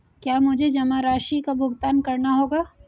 क्या मुझे जमा राशि का भुगतान करना होगा?